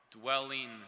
dwelling